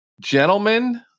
Gentlemen